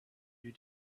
you